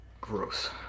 Gross